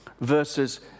verses